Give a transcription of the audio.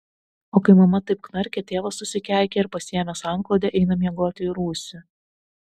o kai mama taip knarkia tėvas susikeikia ir pasiėmęs antklodę eina miegoti į rūsį